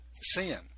sin